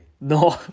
No